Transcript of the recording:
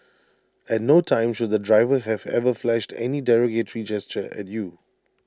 at no time should the driver have ever flashed any derogatory gesture at you